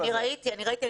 אני ראיתי, אני ראיתי.